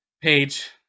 page